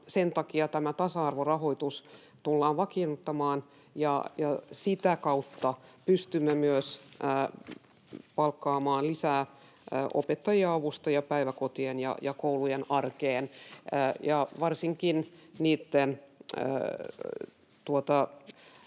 Sen takia tämä tasa-arvorahoitus tullaan vakiinnuttamaan, ja sitä kautta pystymme myös palkkaamaan lisää opettajia ja avustajia päiväkotien ja koulujen arkeen. Varsinkin niitten